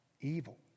evil